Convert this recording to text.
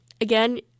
again